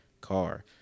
car